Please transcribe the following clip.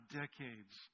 decades